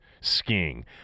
skiing